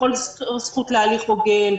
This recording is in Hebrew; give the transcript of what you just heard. בכל זכות להליך הוגן,